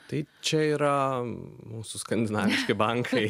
tai čia yra mūsų skandinaviški bankai